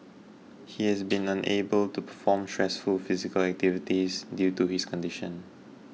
he has been unable to perform stressful physical activities due to his condition